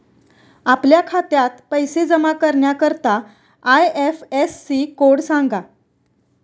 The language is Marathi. आपल्या खात्यात पैसे जमा करण्याकरता आय.एफ.एस.सी कोड सांगा